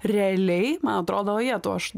realiai man atrodo o jetau aš